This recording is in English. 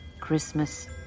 Christmas